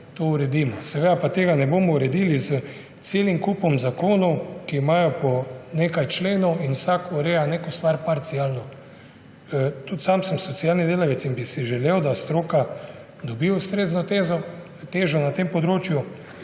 uredimo. Seveda pa tega ne bomo uredili s celim kupom zakonov, ki imajo po nekaj členov in vsak ureja neko stvar parcialno. Tudi sam sem socialni delavec in bi si želel, da stroka dobi ustrezno težo na tem področju.